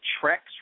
tracks